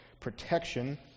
protection